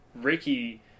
Ricky